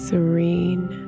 Serene